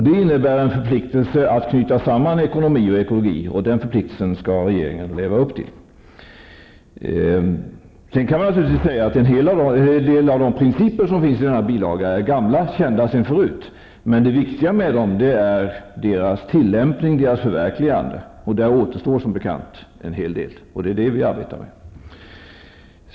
Det innebär en förpliktelse att knyta samman ekologi och ekonomi, och den förpliktelsen skall regeringen leva upp till. Sedan kan man naturligtvis säga att en hel del av de principer som redovisas i denna bilaga är gamla och kända sedan förut, men det viktiga är deras tillämpning och förverkligande, och därvidlag återstår som bekant en hel del. Det är det som vi arbetar med.